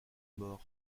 mort